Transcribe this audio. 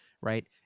right